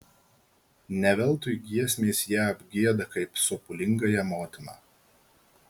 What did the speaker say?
ne veltui giesmės ją apgieda kaip sopulingąją motiną